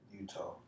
Utah